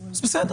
בסדר,